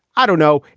i don't know,